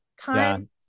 Time